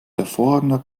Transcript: hervorragender